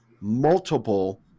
Multiple